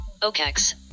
OKEX